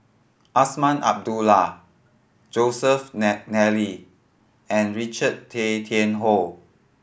Azman Abdullah Joseph Nally and Richard Tay Tian Hoe